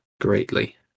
greatly